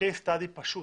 קייס סטאדי פשוט